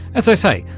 as i say,